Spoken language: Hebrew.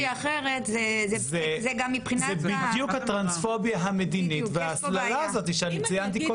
זו בדיוק הטרנספוביה המדינית וההסללה הזאת שציינתי קודם.